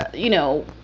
you know,